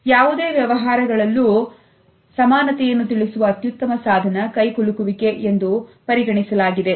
ಯಾವುದೇ ವ್ಯವಹಾರಗಳಲ್ಲೂ ಸಮಾನತೆಯನ್ನು ತಿಳಿಸುವ ಅತ್ಯುತ್ತಮ ಸಾಧನ ಕೈಗೊಳ್ಳುವಿಕೆ ಎಂದು ಪರಿಗಣಿಸಲಾಗಿದೆ